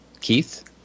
Keith